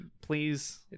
please